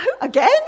again